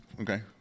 Okay